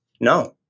No